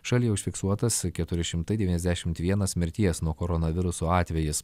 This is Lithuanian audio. šalyje užfiksuotas keturi šimtai devyniasdešimt vienas mirties nuo koronaviruso atvejis